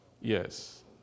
Yes